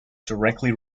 directly